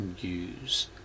use